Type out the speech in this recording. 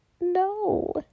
no